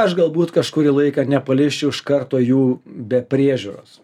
aš galbūt kažkurį laiką nepaleisčiau iš karto jų be priežiūros